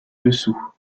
dessous